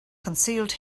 concealed